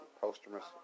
posthumous